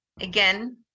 again